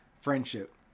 friendship